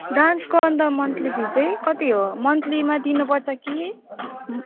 डान्सको अन्त monthly fee चाहिँ कति हो मन्थलीमा दिनुपर्छ कि